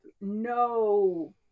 no